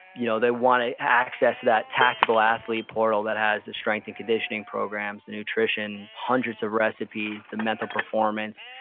you know they want to access that tactical athlete portal that has the strength and conditioning programs, the nutrition, hundreds of recipes, the mental performance.